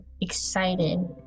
excited